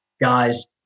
Guys